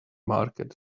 market